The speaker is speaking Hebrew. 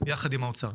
יחד עם האוצר.